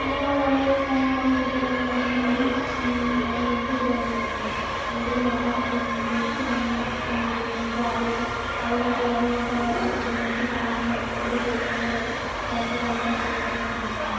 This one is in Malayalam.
അതിനിടെ കുറേ കാര്യങ്ങളൊക്കെ കുട്ടികളൊക്കെ കളിക്കുന്ന കാണുമ്പം അതായത് എനിക്ക് ഒരുപാട് തോന്നിയിട്ടുണ്ട് എനിക്കൊന്നു കളിക്കാൻ പറ്റിയിരുന്നെങ്കിൽ പിന്നെ എനിക്ക് ആദ്യമൊക്കെ ആദ്യം തൊട്ട് ഞാനിങ്ങനത്തെ ക്ലാസ്സിനൊക്കെ പോയിട്ടുണ്ട് എനിക്കിപ്പോൾ കളിക്കാൻ പറ്റുള്ളു എനിക്ക് സ്റ്റേജിലൊക്കെ കയറി ഡാൻസൊക്കെ കളിക്കാൻ പറ്റുകയുള്ളുവെന്നൊക്കെ ഞാൻ ചിന്തിച്ചിട്ടുണ്ട്